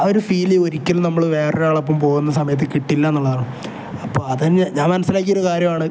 ആ ഒരു ഫീൽ ഒരിക്കലും നമ്മൾ വേറെ ഒരാൾ ഒപ്പം പോകുന്ന സമയത്ത് കിട്ടില്ല എന്നുള്ളതാണ് അപ്പം അതിൽ നിന്ന് ഞാൻ മനസ്സിലാക്കിയ ഒരു കാര്യമാണ്